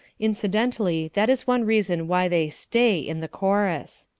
incidentally, that is one reason why they stay in the chorus.